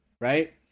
right